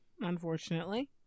Unfortunately